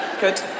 Good